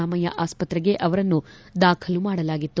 ರಾಮಯ್ಯ ಆಸ್ಪತ್ರೆಗೆ ಅವರನ್ನು ದಾಖಲು ಮಾಡಲಾಗಿತ್ತು